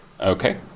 Okay